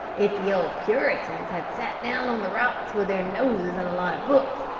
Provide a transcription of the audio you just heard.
if the old puritans had sat down on the rocks with their noses in a lot of books,